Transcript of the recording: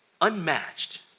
unmatched